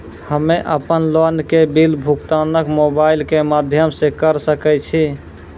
हम्मे अपन लोन के बिल भुगतान मोबाइल के माध्यम से करऽ सके छी?